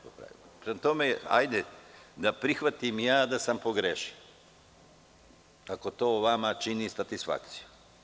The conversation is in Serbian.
Prema tome, hajde da prihvatim ja da sam pogrešio ako to vama čini satisfakciju.